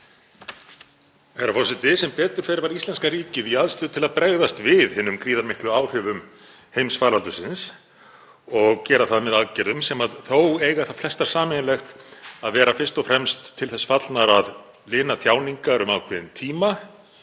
Herra forseti. Sem betur fer var íslenska ríkið í aðstöðu til að bregðast við hinum gríðarmiklu áhrifum heimsfaraldursins og gera það með aðgerðum sem þó eiga það flestar sameiginlegt að vera fyrst og fremst til þess fallnar að lina þjáningar um ákveðinn tíma,